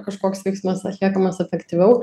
kažkoks veiksmas atliekamas efektyviau